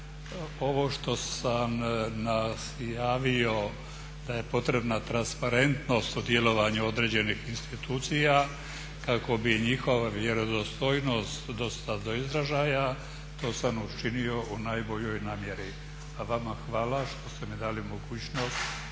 Ovo što sam javio da je potrebna transparentnost u djelovanju određenih institucija kako bi njihova vjerodostojnost došla do izražaja to sam učinio u najboljoj namjeri. A vama hvala što ste mi dali mogućnost